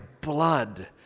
blood